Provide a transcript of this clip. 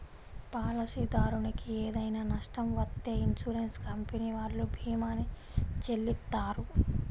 పాలసీదారునికి ఏదైనా నష్టం వత్తే ఇన్సూరెన్స్ కంపెనీ వాళ్ళు భీమాని చెల్లిత్తారు